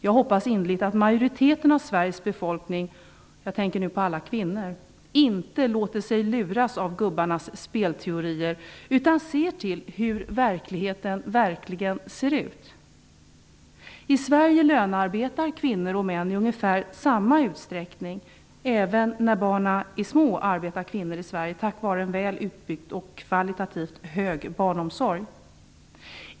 Jag hoppas innerligt att majoriteten av Sveriges befolkning - jag tänker på alla kvinnor - inte låter sig luras av gubbarnas spelteorier utan ser hur verkligheten ser ut. I Sverige lönearbetar kvinnor och män i ungefär samma utsträckning. Även när barnen är små arbetar kvinnor i Sverige tack vare en väl utbyggd och kvalitativt hög barnomsorg.